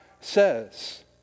says